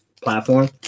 platform